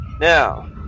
Now